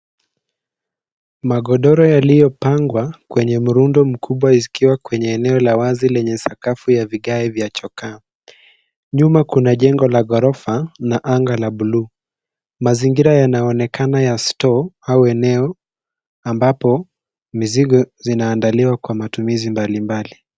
Magodoro yaliyopangwa kwenye mrundo mkubwa, zikiwa kwenye eneo la wazi lenye sakafu ya vigae vya chokaa. Nyuma kuna jengo la ghorofa, na anga la buluu, mazingira yanaonekana ya store au eneo ambapo mizigo zinaandaliwa kwa matumizi mbalimbali.